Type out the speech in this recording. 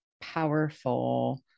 powerful